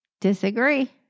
Disagree